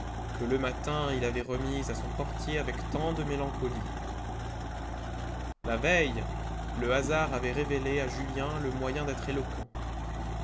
que le matin il avait remise à son portier avec tant de mélancolie la veille le hasard avait révélé à julien le moyen d'être éloquent